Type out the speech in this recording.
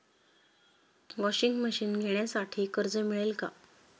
Washing machine घेण्यासाठी कर्ज मिळेल का?